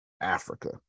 Africa